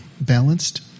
balanced